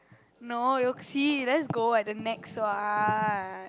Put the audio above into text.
no let's go at the Nex one